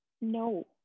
no